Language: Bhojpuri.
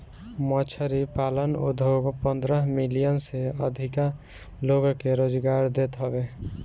मछरी पालन उद्योग पन्द्रह मिलियन से अधिका लोग के रोजगार देत हवे